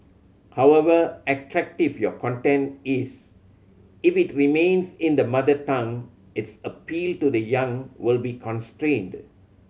however attractive your content is if it remains in the mother tongue its appeal to the young will be constrained